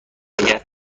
نگه